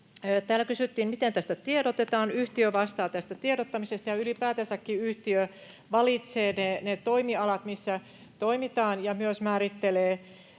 Täällä kysyttiin, miten tästä tiedotetaan. Yhtiö vastaa tästä tiedottamisesta, ja ylipäätänsäkin yhtiö valitsee ne toimialat, millä toimitaan, ja myös määrittelee